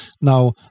Now